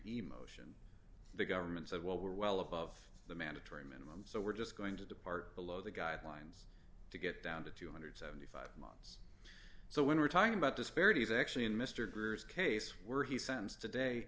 emotion the government said well we're well above the mandatory minimum so we're just going to depart below the guidelines to get down to two hundred and seventy five months so when we're talking about disparities actually in mr groos case where he sentenced today